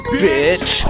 bitch